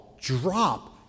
drop